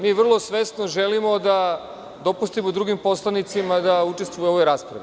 Mi vrlo svesno želimo da dopustimo drugim poslanicima da učestvuju u ovoj raspravi.